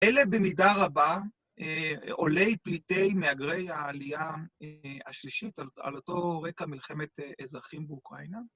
אלה במידה רבה עולי פליטי מהגרי העלייה השלישית, על אותו רקע, מלחמת אזרחים באוקראינה.